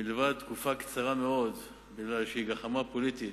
מלבד תקופה קצרה מאוד, בגלל איזו גחמה פוליטית,